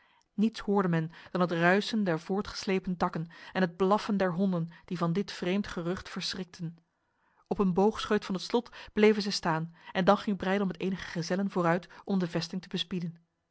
niets hoorde men dan het ruisen der voortgeslepen takken en het blaffen der honden die van dit vreemd gerucht verschrikten op een boogscheut van het slot bleven zij staan en dan ging breydel met enige gezellen vooruit om de vesting te bespieden